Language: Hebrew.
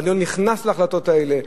ואני לא נכנס להחלטות האלה.